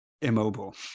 immobile